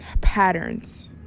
patterns